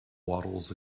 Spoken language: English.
waddles